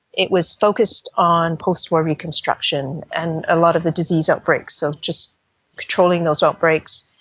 it was focused on post-war reconstruction and a lot of the disease outbreaks, so just controlling those outbreaks,